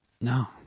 No